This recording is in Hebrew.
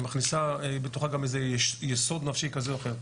מכניסה בתוכה גם איזה יסוד נפשי כזה או אחר.